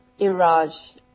Iraj